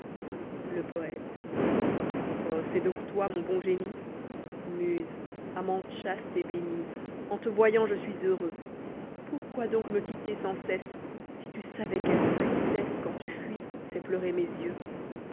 le poète oh c'est donc toi mon bon génie muse amante chaste et bénie en te voyant je suis heureux pourquoi donc me quitter sans cesse si tu savais quelle tristesse quand tu fuis fait pleurer mes yeux